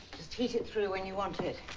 just heat it through when you want it.